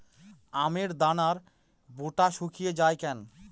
আমের দানার বোঁটা শুকিয়ে য়ায় কেন?